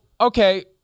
okay